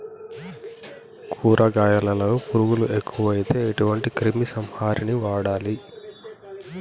కూరగాయలలో పురుగులు ఎక్కువైతే ఎటువంటి క్రిమి సంహారిణి వాడాలి?